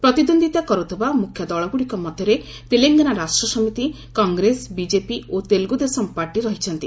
ପ୍ରତିଦ୍ୱନ୍ଦ୍ୱିତା କରୁଥିବା ମୁଖ୍ୟ ଦଳଗୁଡ଼ିକ ମଧ୍ୟରେ ତେଲେଙ୍ଗାନା ରାଷ୍ଟ୍ରସମିତି କଂଗ୍ରେସ ବିଜେପି ଓ ତେଲୁଗୁଦେଶମ ପାର୍ଟି ରହିଛନ୍ତି